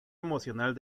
emocional